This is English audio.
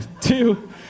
two